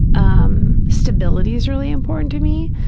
um stability is really important to me.